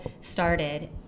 started